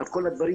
את כל הדברים.